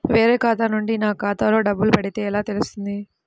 వేరే ఖాతా నుండి నా ఖాతాలో డబ్బులు పడితే ఎలా తెలుస్తుంది?